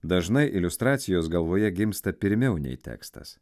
dažnai iliustracijos galvoje gimsta pirmiau nei tekstas